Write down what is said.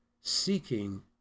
seeking